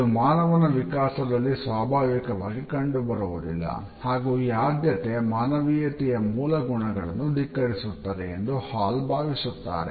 ಇದು ಮಾನವನ ವಿಕಸನದಲ್ಲಿ ಸ್ವಾಭಾವಿಕವಾಗಿ ಕಂಡುಬರುವುದಿಲ್ಲ ಹಾಗೂ ಈ ಆದ್ಯತೆ ಮಾನವೀಯತೆಯ ಮೂಲ ಗುಣಗಳನ್ನು ಧಿಕ್ಕರಿಸುತ್ತದೆ ಎಂದು ಹಾಲ್ ಭಾವಿಸುತ್ತಾರೆ